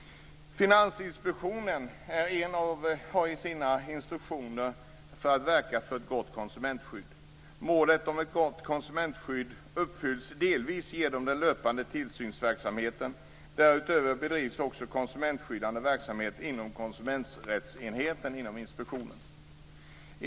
Finansinspektionen har i sina instruktioner att den skall verka för ett gott konsumentskydd. Målet om ett gott konsumentskydd uppfylls delvis genom den löpande tillsynsverksamheten. Därutöver bedrivs också konsumentskyddande verksamhet inom konsumenträttsenheten inom inspektionen.